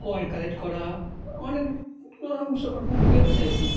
coin collect করা অনেক রকম সব গেম খেলেছি